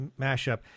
mashup